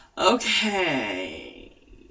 Okay